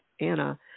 Anna